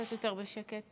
קצת יותר בשקט.